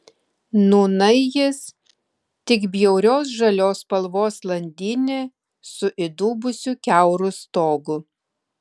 nūnai jis tik bjaurios žalios spalvos landynė su įdubusiu kiauru stogu